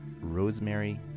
Rosemary